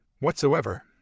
whatsoever